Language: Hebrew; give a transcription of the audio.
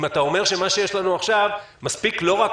אם אתה אומר שמה שיש לנו עכשיו מספיק לא רק